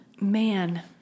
Man